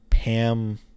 Pam